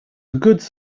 goods